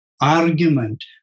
Argument